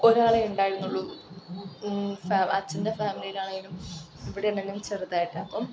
ഒരാളെ ഉണ്ടായിരുന്നുള്ളു അച്ഛൻ്റെ ഫാമിലിലാണെങ്കിലും ഇവിടാണേലും ചെറുതായിട്ട് അപ്പം